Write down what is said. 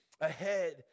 ahead